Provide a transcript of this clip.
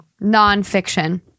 Nonfiction